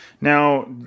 Now